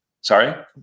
sorry